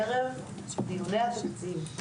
ערב דיוני התקציב,